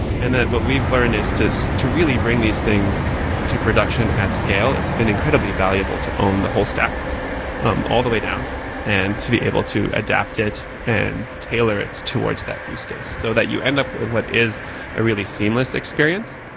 and that what we've learned is to so to really bring these things to production at scale. it's been incredibly valuable to own the whole stack um all the way down and to be able to adapt it and tailor it towards that use case so that you end up with what is a really seamless experience.